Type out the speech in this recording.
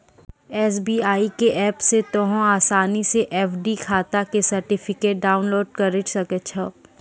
SBI के app से तोंहें असानी से एफ.डी खाता के सर्टिफिकेट डाउनलोड करि सकै छो